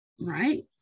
Right